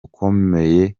ukomeye